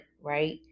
right